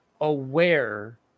aware